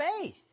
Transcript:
faith